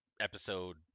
episode